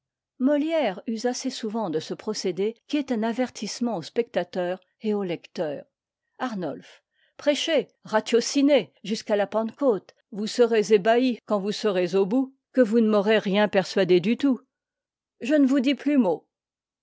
molière use assez souvent de ce procédé qui est un avertissement au spectateur et au lecteur arnolphe prêchez ratiocinez jusqu'à la pentecôte vous serez ébahi quand vous serez au bout que vous ne m'aurez rien persuadé du tout je ne vous dis plus mot